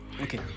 okay